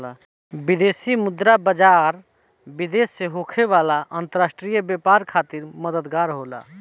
विदेशी मुद्रा बाजार, विदेश से होखे वाला अंतरराष्ट्रीय व्यापार खातिर मददगार होला